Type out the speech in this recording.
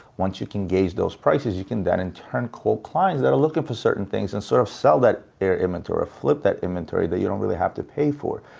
once you can gauge those prices, you can then, in turn, call clients that are looking for certain things, and sort of sell that air inventory and or ah flip that inventory that you don't really have to pay for.